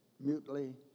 mutely